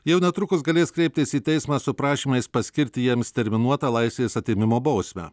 jau netrukus galės kreiptis į teismą su prašymais paskirti jiems terminuotą laisvės atėmimo bausmę